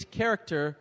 character